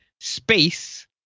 space